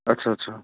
ਅੱਛਾ ਅੱਛਾ